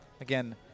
Again